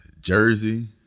Jersey